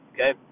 Okay